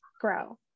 grow